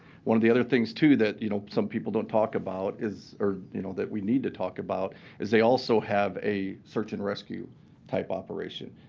one of the other things, too, that you know some people don't talk about is you know that we need to talk about is they also have a search and rescue type operation.